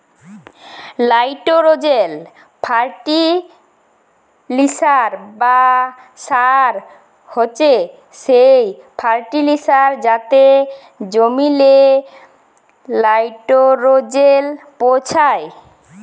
লাইটোরোজেল ফার্টিলিসার বা সার হছে সেই ফার্টিলিসার যাতে জমিললে লাইটোরোজেল পৌঁছায়